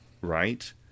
right